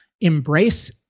embrace